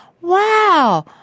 Wow